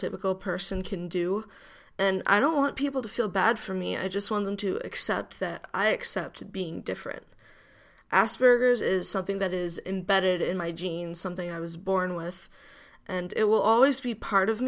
typical person can do and i don't want people to feel bad for me i just want them to accept that i accept being different aspergers is something that is imbedded in my genes something i was born with and it will always be part of